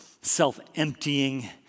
self-emptying